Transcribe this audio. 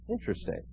Interesting